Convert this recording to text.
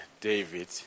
David